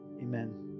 Amen